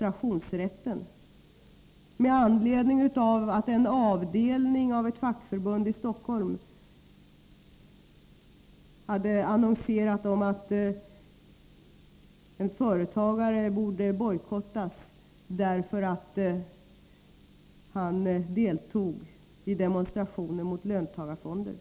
Anledningen var att en avdelning inom ett fackförbund i Stockholm hade annonserat om att en företagare borde bojkottas, därför att han deltog i demonstrationer mot löntagarfonder.